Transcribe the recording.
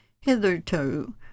hitherto